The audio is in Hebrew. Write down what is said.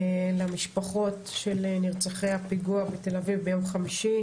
למשפחות של נרצחי הפיגוע בתל אביב ביום חמישי: